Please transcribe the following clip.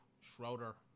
Schroeder